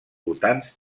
votants